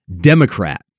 Democrat